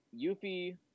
Yuffie